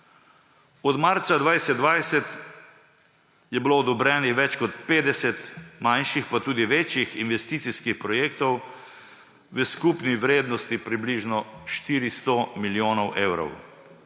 Od marca 2020 je bilo odobrenih več kot 50 manjših, pa tudi večjih investicijskih projektov v skupni vrednosti približno 400 milijonov evrov.